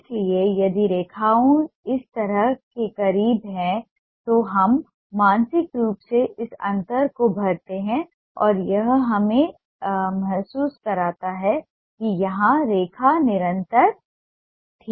इसलिए यदि रेखाएं इस तरह के करीब हैं तो हम मानसिक रूप से इस अंतर को भरते हैं और यह हमें यह महसूस कराता है कि यहां रेखा निरंतर थी